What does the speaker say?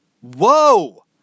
Whoa